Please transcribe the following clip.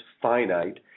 finite